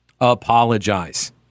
Apologize